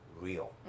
real